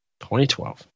2012